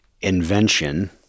invention